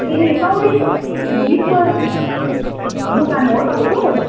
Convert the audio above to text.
ए सौरेनीको त्यो बिचको दोकान हो तपाईँको